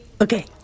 Okay